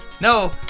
No